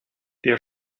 der